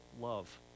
love